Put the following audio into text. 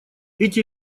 эти